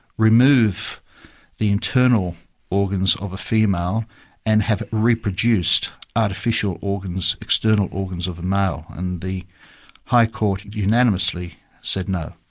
remove the internal organs of a female and have reproduced artificial organs, external organs of a male. and the high court and unanimously said no.